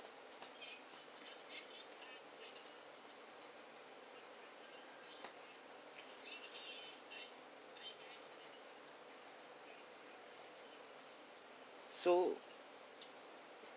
so